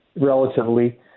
relatively